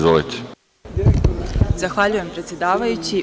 Zahvaljujem, predsedavajući.